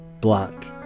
black